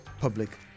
Public